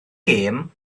gêm